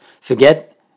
Forget